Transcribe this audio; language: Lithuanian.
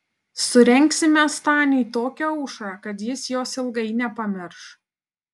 surengsime staniui tokią aušrą kad jis jos ilgai nepamirš